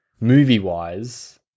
movie-wise